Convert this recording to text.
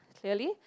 clearly